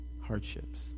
hardships